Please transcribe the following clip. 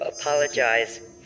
apologize